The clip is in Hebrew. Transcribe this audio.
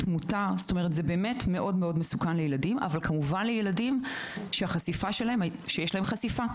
תמותה כל זאת לילדים שיש להם חשיפה.